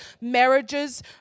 marriages